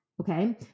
Okay